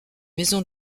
maison